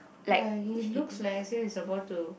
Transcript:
ya he looks like as if he is about to